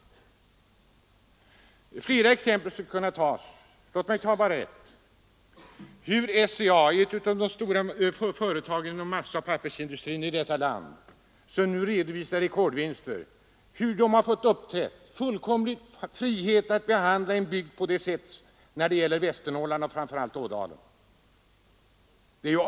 Flera exempel skulle kunna tas, men låt mig ta endast ett. Det är avskräckande att se hur SCA — ett av de största företagen inom massaoch pappersindustrin i detta land, som nu redovisar rekordvinster — har fått uppträda, hur företaget haft frihet att behandla en bygd såsom man behandlat Västernorrland, och framför allt Ådalen.